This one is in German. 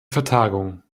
vertagung